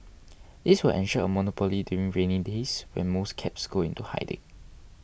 this will ensure a monopoly during rainy days when most cabs go into hiding